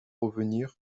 revenir